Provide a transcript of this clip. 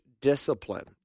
discipline